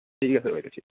ঠিক আছে বাইদেউ ঠিক